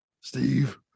Steve